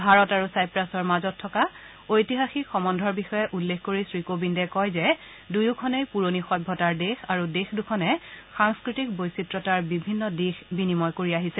ভাৰত আৰু ছাইপ্ৰাছৰ মাজত থকা ঐতিহাসিক সম্বন্ধৰ বিষয়ে উল্লেখ কৰি শ্ৰীকোবিন্দে কয় যে দুয়োখনেই পুৰণি সভ্যতাৰ দেশ আৰু দেশ দুখনে সাংস্থতিক বৈচিত্ৰতাৰ বিভিন্ন দিশ বিনিময় কৰি আহিছে